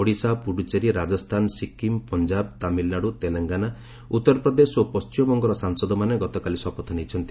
ଓଡ଼ିଶା ପୁଡ଼ୁଚେରୀ ରାଜସ୍ଥାନ ସିକ୍କିମ ପଞ୍ଜାବ ତାମିଲନାଡ଼ୁ ତେଲଙ୍ଗନା ଉତ୍ତରପ୍ରଦେଶ ଓ ପଣ୍ଟିମବଙ୍ଗର ସାଂସଦମାନେ ଗତକାଲି ଶପଥ ନେଇଛନ୍ତି